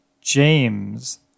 James